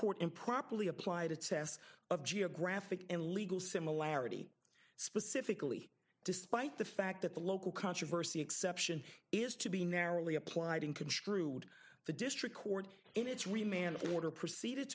court improperly applied a test of geographic and legal similarity specifically despite the fact that the local controversy exception is to be narrowly applied in construed the district court in its remand order proceeded